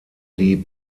die